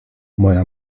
moja